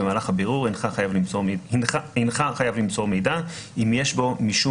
במהלך הבירור אינך חייב למסור מידע אם יש בו משום